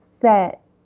set